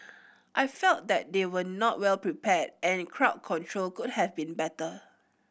I felt that they were not well prepared and crowd control could have been better